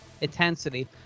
intensity